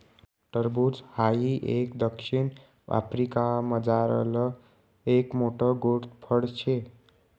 टरबूज हाई एक दक्षिण आफ्रिकामझारलं एक मोठ्ठ गोड फळ शे